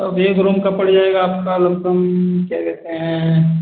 अब एक रूम कम पड़ जाएगा आपका लंपसम क्या कहते हैं